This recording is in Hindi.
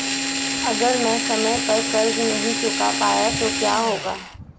अगर मैं समय पर कर्ज़ नहीं चुका पाया तो क्या होगा?